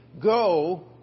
go